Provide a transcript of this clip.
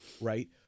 Right